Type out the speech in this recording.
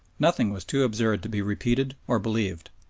nothing was too absurd to be repeated or believed.